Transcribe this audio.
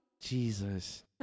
Jesus